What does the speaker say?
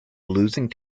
losing